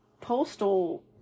Postal